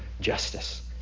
justice